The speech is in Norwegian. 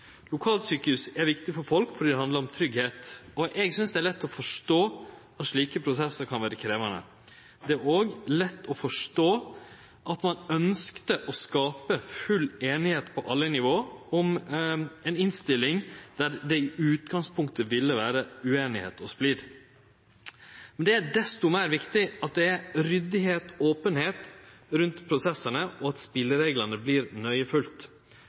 er viktige for folk fordi det handlar om tryggleik. Eg synest det er lett å forstå at slike prosessar kan vere krevjande. Det er òg lett å forstå at ein ønskte å skape full einigheit på alle nivå om ei innstilling der det i utgangspunktet ville vere ueinigheit og splid. Men det er desto viktigare at ein er ryddig og open i prosessane, og at spelereglane